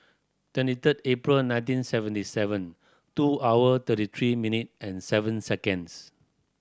twenty third April nineteen seventy seven two hour thirty three minute and seven seconds